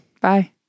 Bye